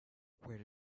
where